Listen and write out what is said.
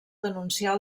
denunciar